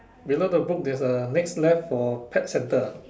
below the book there's a next left for pet centre ah